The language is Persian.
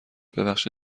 بخش